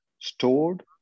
stored